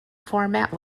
format